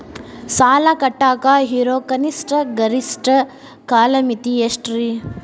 ಸಾಲ ಕಟ್ಟಾಕ ಇರೋ ಕನಿಷ್ಟ, ಗರಿಷ್ಠ ಕಾಲಮಿತಿ ಎಷ್ಟ್ರಿ?